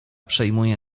przejmuje